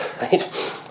right